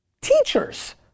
teachers